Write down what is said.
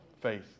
Faith